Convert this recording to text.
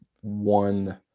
one